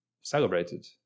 celebrated